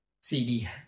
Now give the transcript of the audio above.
CD